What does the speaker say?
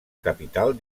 capital